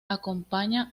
acompaña